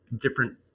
different